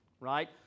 Right